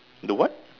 the what